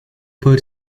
boot